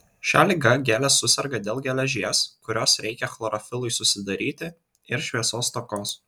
šia liga gėlės suserga dėl geležies kurios reikia chlorofilui susidaryti ir šviesos stokos